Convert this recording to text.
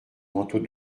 manteaux